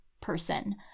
person